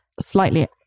slightly